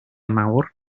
nawr